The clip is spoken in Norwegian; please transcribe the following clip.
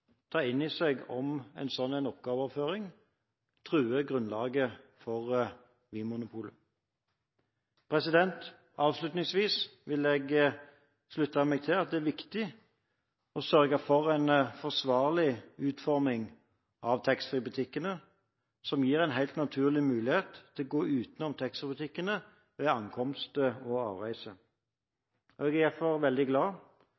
ta opp i seg om en sånn oppgaveoverføring truer grunnlaget for Vinmonopolet. Avslutningsvis vil jeg slutte meg til at det er viktig å sørge for en forsvarlig utforming av taxfree-butikkene, som gir en helt naturlig mulighet til å gå utenom taxfree-butikkene ved ankomst og avreise. Jeg er derfor veldig glad